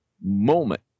moment